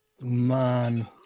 man